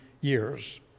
years